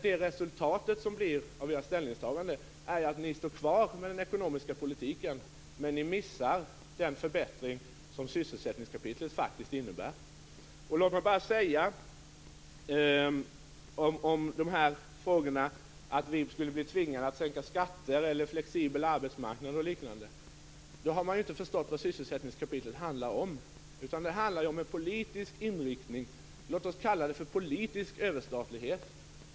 Men resultatet av era ställningstaganden är ju att ni står kvar i fråga om den ekonomiska politiken men missar den förbättring som sysselsättningskapitlet faktiskt innebär. Låt mig bara säga att om man här talar om flexibel arbetsmarknad, att vi skulle bli tvingade att sänka skatter osv. har man inte förstått vad sysselsättningskapitlet handlar om. Det handlar om en politisk inriktning - låt oss kalla det politisk överstatlighet.